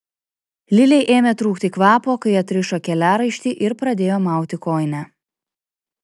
lilei ėmė trūkti kvapo kai atrišo keliaraištį ir pradėjo mauti kojinę